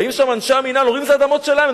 באים לשם אנשי המינהל ואומרים: זה אדמות שלנו.